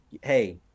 hey